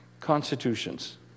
constitutions